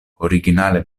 originale